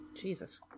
Jesus